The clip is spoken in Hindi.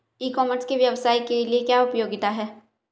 ई कॉमर्स के व्यवसाय के लिए क्या उपयोगिता है?